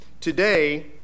Today